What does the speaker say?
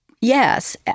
Yes